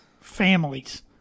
families